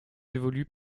évolue